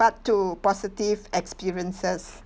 part two positive experiences